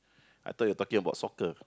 I thought you talking about soccer